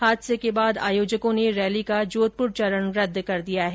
हादसे के बाद आयोजकों ने रैली का जोधपुर चरण रद्द कर दिया है